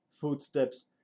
footsteps